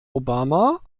obama